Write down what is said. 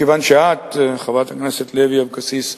כיוון שאת, חברת הכנסת לוי אבקסיס,